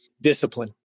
Discipline